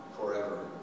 forever